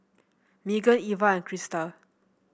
Meagan Iva and Crista